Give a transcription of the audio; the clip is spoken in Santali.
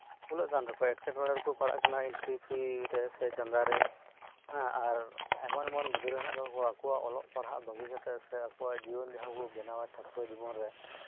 ᱠᱩᱞᱟᱹᱜ ᱠᱟᱱ ᱛᱟᱠᱚᱣᱟ ᱮᱴᱠᱮᱴᱚᱬᱮ ᱨᱮᱠᱚ ᱯᱟᱲᱟᱜ ᱠᱟᱱᱟ ᱮᱱᱴᱨᱤ ᱯᱷᱤ ᱥᱮ ᱪᱟᱸᱫᱟ ᱨᱮ ᱦᱮᱸ ᱮᱢᱚᱱᱼᱮᱢᱚᱱ ᱜᱤᱫᱽᱨᱟᱹ ᱦᱮᱱᱟᱜ ᱠᱟᱜ ᱠᱚᱣᱟ ᱟᱠᱚᱣᱟᱜ ᱚᱞᱚᱜ ᱯᱟᱲᱦᱟᱜ ᱵᱟᱹᱜᱤ ᱠᱟᱛᱮ ᱥᱮ ᱟᱠᱚᱣᱟᱜ ᱡᱤᱭᱚᱱ ᱡᱟᱦᱟᱸ ᱠᱚ ᱵᱮᱱᱟᱣᱟ ᱪᱷᱟᱛᱨᱚ ᱡᱤᱵᱚᱱ ᱨᱮ